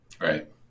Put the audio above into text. Right